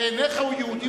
בעיניך הוא יהודי,